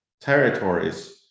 territories